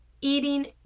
eating